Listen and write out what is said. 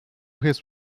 his